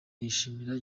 yishimira